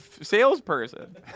salesperson